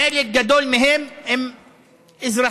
חלק גדול מהם הם אזרחים